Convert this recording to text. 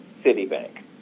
Citibank